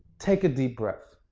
take a deep breath,